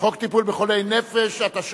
טיפול בחולי נפש (תיקון,